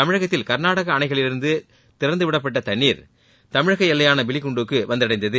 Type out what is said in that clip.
தமிழகத்தில் கர்நாடக அணைகளிலிருந்து திறந்து விடப்பட்ட தண்ணீர் தமிழக எல்லையான பிலி குண்டுலுவுக்கு வந்தடைந்தது